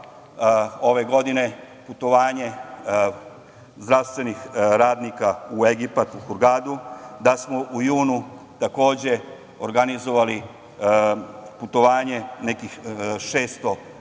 ove godine putovanje zdravstvenih radnika u Egipat, u Hurgadu, da smo u junu takođe organizovali putovanje nekih 600 lekara